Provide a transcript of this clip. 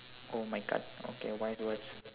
oh my god okay wise words